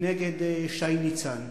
נגד שי ניצן.